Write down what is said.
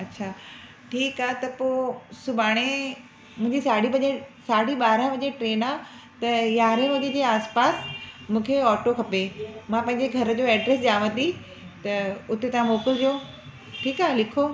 अच्छा ठीकु आहे त पोइ सुभाणे मुंहिंजी साढी पंजे साढां ॿारहं बजे ट्रेन आहे त यारहें बजे जे आस पास मूंखे ऑटो खपे मां पंहिंजे घर जो एड्रस ॾियांव थी त उते तव्हां मोकिलिजो ठीकु आहे लिखो